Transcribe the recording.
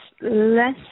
less